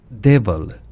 devil